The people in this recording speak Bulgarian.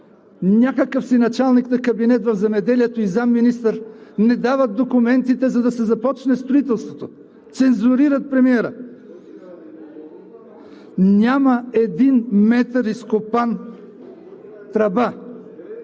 някакъв си началник на кабинет в Земеделието и заместник-министър не дават документите, за да се започне строителството. Цензурират премиера. Няма един метър изкопан тръба.